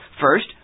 First